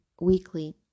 weekly